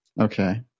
Okay